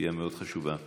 סוגיה מאוד חשובה.